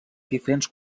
diferents